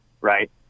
right